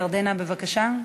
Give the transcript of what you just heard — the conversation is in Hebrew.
ירדנה, בבקשה.